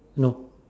no